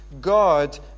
God